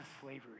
slavery